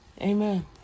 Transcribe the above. amen